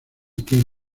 tiene